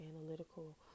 analytical